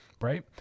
right